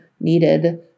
needed